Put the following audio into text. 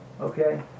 Okay